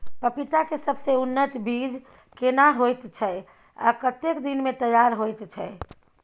पपीता के सबसे उन्नत बीज केना होयत छै, आ कतेक दिन में तैयार होयत छै?